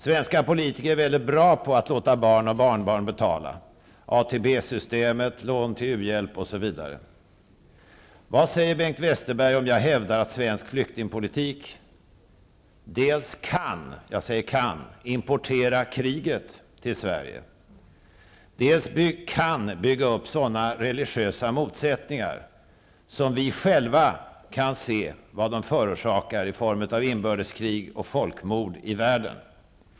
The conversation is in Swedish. Svenska politiker är väldigt bra på att låta barn och barnbarn betala -- Vad säger Bengt Westerberg om jag hävdar att svensk flyktingpolitik dels kan importera kriget till Sverige, dels kan bygga upp sådana religiösa motsättningar som vi själva kan se har förorsakat inbördeskrig och folkmord ute i världen?